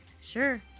Sure